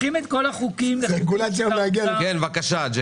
בלנגה, בבקשה.